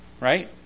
right